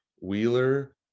Wheeler